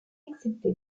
excepté